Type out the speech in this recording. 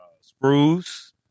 spruce